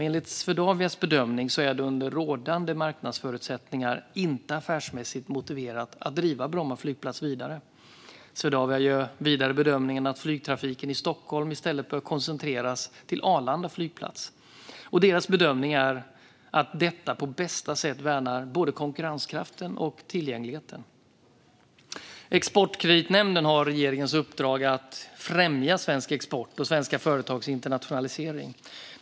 Enligt Swedavias bedömning är det under rådande marknadsförutsättningar inte affärsmässigt motiverat att driva Bromma flygplats vidare. Swedavia gör vidare bedömningen att flygtrafiken i Stockholm i stället bör koncentreras till Arlanda flygplats. Deras bedömning är att detta på bästa sätt värnar både konkurrenskraften och tillgängligheten. Exportkreditnämnden har regeringens uppdrag att främja svensk export och svenska företags internationalisering.